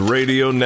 Radio